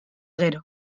gero